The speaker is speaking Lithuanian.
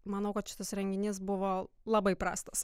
manau kad šitas renginys buvo labai prastas